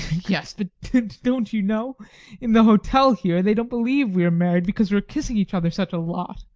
yes, but don't you know in the hotel here, they don't believe we are married, because we are kissing each other such a lot.